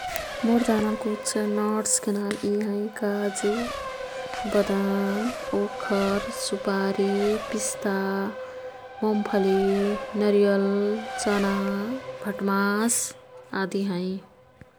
मोर् जानल कुछ नट्सके नाम यी हैं। काजु, बदाम, ओखर, सुपारी, पिस्ता, मोमफली, नरियल, चना, भट्मास आदि हैं।